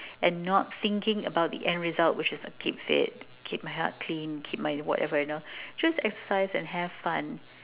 and not thinking about the end result which is keep fit keep my heart clean keep my whatever you know just exercise and have fun